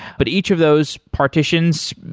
but each of those partitions,